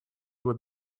would